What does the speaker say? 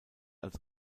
als